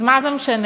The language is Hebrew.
אז מה זה משנה?